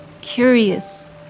curious